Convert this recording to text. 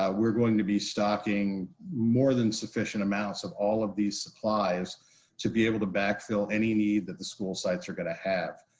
ah we're going to be stocking more than sufficient amounts of all of these supplies to be able to backfill any need that the school sites are gonna have.